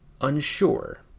unsure